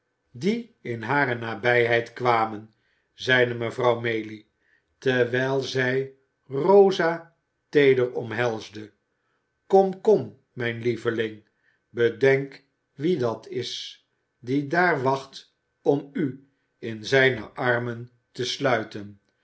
die in hare nabijheid kwamen zeide mevrouw maylie terwijl zij rosa teeder omhelsde kom kom mijn lieveling bedenk wie dat is die daar wacht om u in zijne armen te sluiten